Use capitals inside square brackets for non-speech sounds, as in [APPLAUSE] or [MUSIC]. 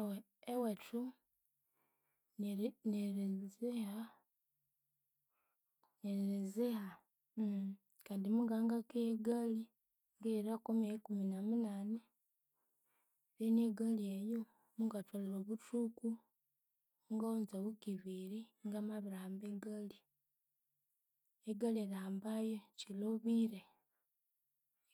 Ewe- ewethu niri nirinziha niriziha [HESITATION] kandi mungangakigha egali ngighira yokumyaka ikumi na munani then egali eyu mungathwalha obuthuku. Mungawunza week ibiri ingamabirihamba egali. Egali erihambayu kyilhobire